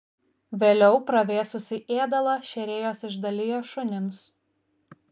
vėliau pravėsusį ėdalą šėrėjos išdalija šunims